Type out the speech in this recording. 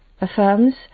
affirms